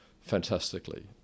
fantastically